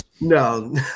No